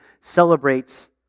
celebrates